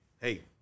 hey